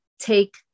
take